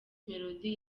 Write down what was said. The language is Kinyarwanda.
melody